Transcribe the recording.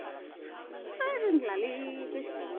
आं रोंलालै गोसोखांनो